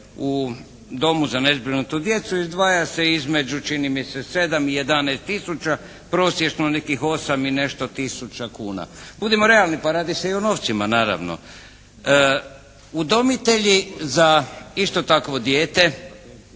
u domu za nezbrinutu djecu izdvaja se između čini mi se 7 i 11 tisuća prosječno nekih 8 i nešto tisuća kuna. Budimo realni. Pa radi se i o novcima naravno. Udomitelji za isto takvo dijete